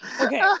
Okay